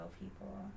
people